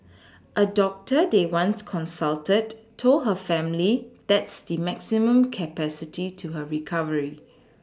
a doctor they once consulted told her family that's the maximum capacity to her recovery